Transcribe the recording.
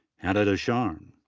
hannah dusharm.